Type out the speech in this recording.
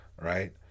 right